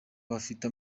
bafite